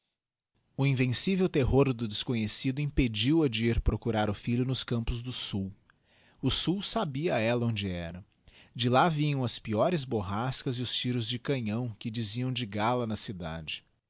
o invencível terror do desconhecido impediu a de ir procurar o fllho nos campos do sul o sul sabia ella onde era de lá vinham as peiores borrascas e os tiros de canhão que diziam de gala na cidade